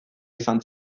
izan